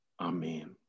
Amen